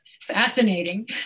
fascinating